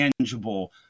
tangible